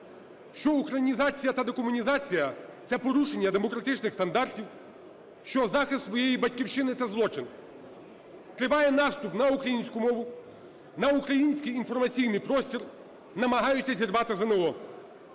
Що українізація та декомунізація – це порушення демократичних стандартів. Що захист своєї Батьківщини – це злочин. Триває наступ на українську мову, на український інформаційний простір, намагаються зірвати ЗНО.